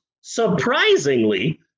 surprisingly